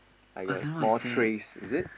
like a small trays is it